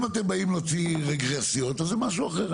אם אתם באים להוציא אגרסיות אז זה משהו אחר,